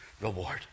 reward